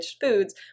foods